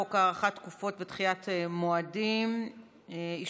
הצעת חוק הארכת תקופות ודחיית מועדים (הוראת שעה,